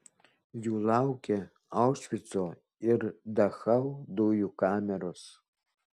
jų laukė aušvico ir dachau dujų kameros